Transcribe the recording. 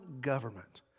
government